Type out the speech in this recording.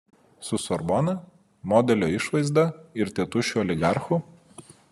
su sorbona modelio išvaizda ir tėtušiu oligarchu